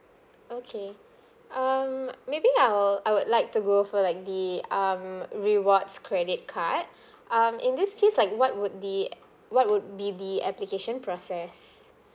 okay um maybe I'll I would like to go for like the um rewards credit card um in this case like what would the uh what would be the application process